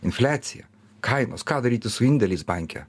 infliacija kainos ką daryti su indėliais banke